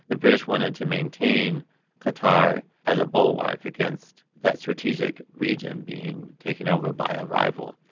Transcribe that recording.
the british wanted to maintain qatar as a bulwark against that strategic region being taken over by a rival.